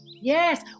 Yes